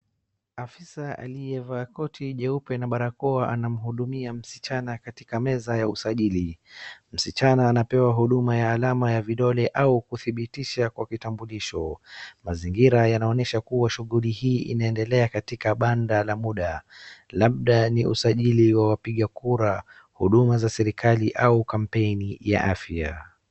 Afisa aliyevaa koti jeupe na barakoa anamhudumia msichana katika meza ya usajili. Msichana anapewa huduma ya alama ya vidole au kudhibitisha kwa kitambulisho. Mazingira yanaonyesha kuwa shughuli hii inaendelea katika banda la muda labda ni usajili wa wapiga kura, huduma za serikali au kampeni ya afya.